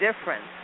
difference